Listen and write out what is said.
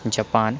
Japan